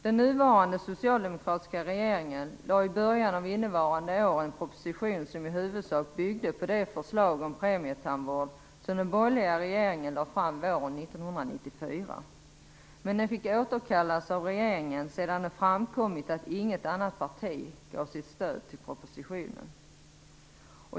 Den nuvarande socialdemokratiska regeringen lade i början av innevarande år fram en proposition som i huvudsak byggde på det förslag om premietandvård som den borgerliga regeringen lade fram våren 1994. Men propositionen fick återkallas av regeringen sedan det framkommit att inget annat parti gav sitt stöd till den.